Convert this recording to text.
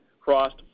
crossed